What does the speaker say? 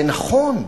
זה נכון,